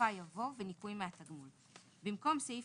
בסופה יבוא "וניכוי מהתגמול"; במקום סעיף